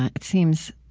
it seems,